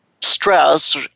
stress